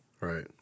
Right